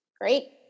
Great